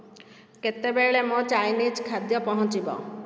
କେତେବେଳେ ମୋ ଚାଇନିଜ୍ ଖାଦ୍ୟ ପହଞ୍ଚିବ